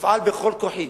ואפעל בכל כוחי